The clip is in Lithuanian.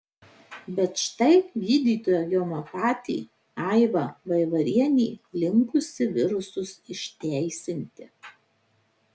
bet štai gydytoja homeopatė aiva vaivarienė linkusi virusus išteisinti